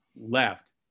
left